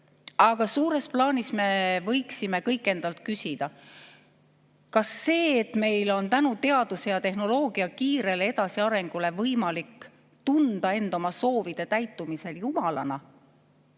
Aga suures plaanis me võiksime kõik endalt küsida, kas see, et meil tänu teaduse ja tehnoloogia kiirele edasiarengule on võimalik end oma soovide täitumisel tunda